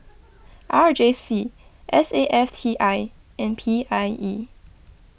R J C S A F T I and P I E